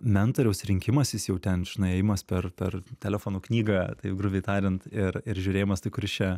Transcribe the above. mentoriaus rinkimasis jau ten žinai ėjimas per telefonų knygą grubiai tariant ir ir žiūrėjimas tai kuris čia